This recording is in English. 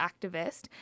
activist